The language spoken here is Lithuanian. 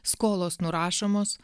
skolos nurašomos